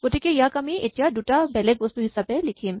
গতিকে ইয়াক আমি এতিয়া দুটা বেলেগ বস্তু হিচাপে লিখিম